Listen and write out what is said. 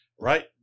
right